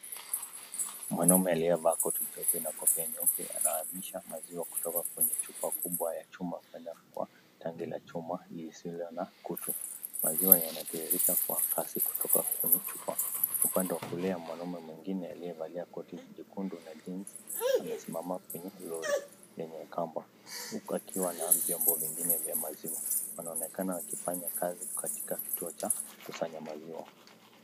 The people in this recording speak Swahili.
Mwanaume aliyevaa koti jeusi na kofia nyeupe anahamisha maziwa kutoka kwenye chupa kubwa ya chuma kwenda kwa tangi la chuma lisilo na kutu. Maziwa yanatiririka kwa kasi kutoka kwenye chupa. Upande wa kulia mwanaume mwingine aliyevaa koti jekundu na jeans amesimama kwenye lori lenye kamba huku akiwa na vyombo vingine vya maziwa. Wanaonekana wakifanya kazi katika kituo cha kusanya maziwa.